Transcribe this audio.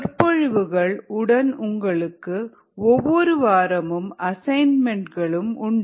சொற்பொழிவுகள் உடன் உங்களுக்கு ஒவ்வொரு வாரமும் அசைன்மென்ட்களும் உண்டு